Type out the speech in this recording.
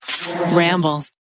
Ramble